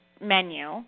menu